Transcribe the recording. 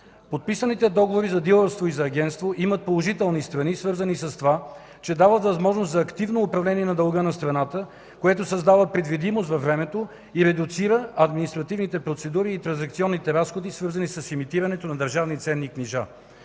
Подписаните договори за дилърство и за агентство имат положителни страни, свързани с това, че дават възможност за активно управление на дълга на страната, което създава предвидимост във времето и редуцира административните процедури и транзакционните разходи, свързани с емитирането на държавни ценни книжа.